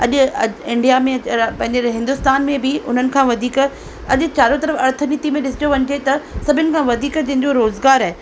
अॼु इंडिया में पंहिंजे हिंदुस्तान में बि उन्हनि खां वधीक अॼु चारो तर्फ़ु अर्थ नीति में ॾिस जो वञिजे त सभिनि खां वधीक जंहिंजो रोज़गार आहे